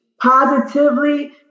Positively